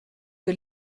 que